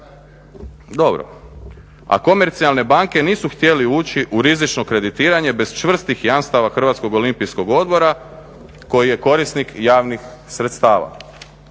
Dobro. A komercijalne banke nisu htjeli uči u rizično kreditiranje bez čvrstih jamstava Hrvatskog olimpijskog odbora koji je korisnih javnih sredstava.